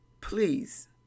please